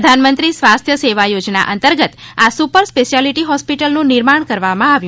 પ્રધાનમંત્રી સ્વાસ્થ સેવા યોજના અંતર્ગત આ સુપર સ્પેશયાલીટી હોસ્પીટલનું નિર્માણ કરવામાં આવ્યું છે